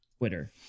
Twitter